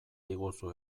diguzu